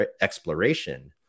exploration